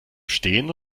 stehen